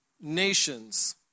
nations